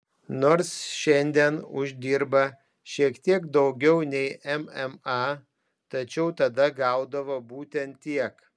nors šiandien uždirba šiek tiek daugiau nei mma tačiau tada gaudavo būtent tiek